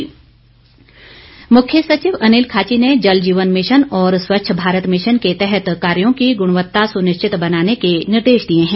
मुख्य सचिव मुख्य सचिव अनिल खाची ने जल जीवन मिशन और स्वच्छ भारत मिशन के तहत कार्यो की गुणवता सुनिश्चित बनाने के निर्देश दिए हैं